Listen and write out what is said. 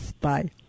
Bye